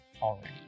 already